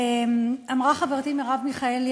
אמרה חברתי מרב מיכאלי,